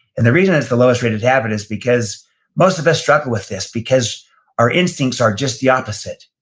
and the reason it's the lowest rated habit is because most of us struggle with this, because our instincts are just the opposite.